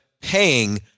paying